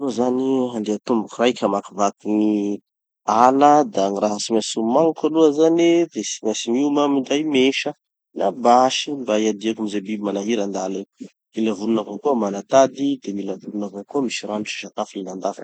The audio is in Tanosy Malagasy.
Zaho zany handeha tomboky raiky hamakivaky gny ala da gny raha tsy maintsy omagniko aloha zany de tsy maintsy mioma minday mesa na basy mba hiadiako amy ze biby manahira andala ety. Mila vonona avao aho mana tady, mila vonona avao koa misy rano sy sakafo lalandava.